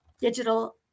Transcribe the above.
digital